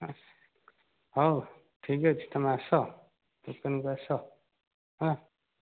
ହଉ ଠିକ୍ ଅଛି ତମେ ଆସ ଦୋକାନକୁ ଆସ ହେଲା